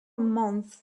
months